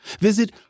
visit